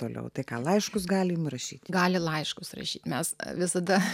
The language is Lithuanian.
toliau tai ką laiškus galime rašyti gali laiškus rašyti mes visada